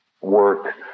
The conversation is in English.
work